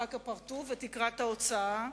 אחר כך "פארטו", ותקרת ההוצאה.